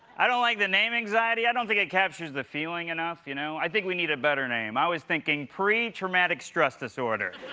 i don't like the name anxiety. i don't think it captures the feeling enough, you know. i think we need a better name. i was thinking pretraumatic stress disorder.